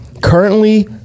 currently